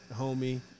homie